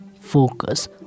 focus